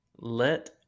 Let